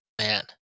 man